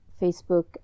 Facebook